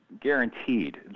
guaranteed